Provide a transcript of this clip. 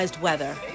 weather